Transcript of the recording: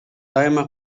дайыма